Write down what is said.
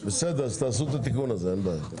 תעשו את התיקון הזה, אין בעיה.